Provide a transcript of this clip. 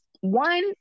one